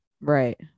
Right